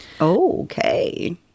Okay